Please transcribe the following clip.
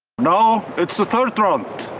now, it's the third round.